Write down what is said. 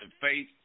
faith